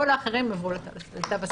כל האחרים עברו לתו הסגול.